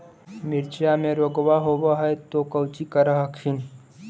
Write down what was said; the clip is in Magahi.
मिर्चया मे रोग्बा होब है तो कौची कर हखिन?